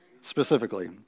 specifically